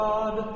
God